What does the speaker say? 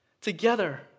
together